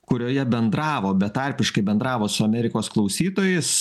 kurioje bendravo betarpiškai bendravo su amerikos klausytojais